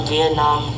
Vietnam